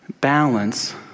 Balance